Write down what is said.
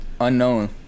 Unknown